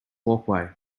walkway